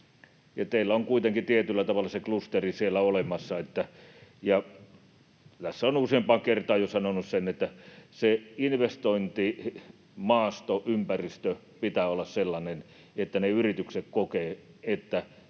Teillä on kuitenkin tietyllä tavalla se klusteri siellä olemassa, ja tässä olen useampaan kertaan jo sanonut sen, että se investointimaasto, ‑ympäristö pitää olla sellainen, että ne yritykset kokevat, että